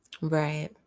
Right